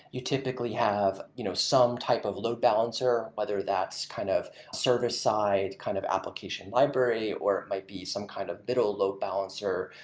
you typically have you know some type of load balancer, whether that's kind of service side kind of application library, library, or it might be some kind of middle load balancer,